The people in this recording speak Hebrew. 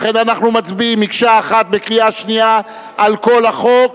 לכן אנחנו מצביעים בקריאה שנייה על כל החוק,